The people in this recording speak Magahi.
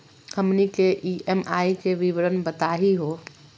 हमनी के ई.एम.आई के विवरण बताही हो?